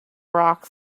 rock